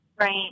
Right